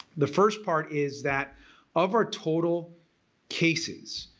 the first part is that of our total cases,